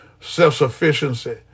self-sufficiency